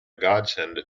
godsend